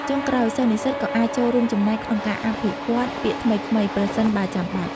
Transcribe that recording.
ចុងក្រោយ សិស្សនិស្សិតក៏អាច ចូលរួមចំណែកក្នុងការអភិវឌ្ឍពាក្យថ្មីៗ (ប្រសិនបើចាំបាច់)។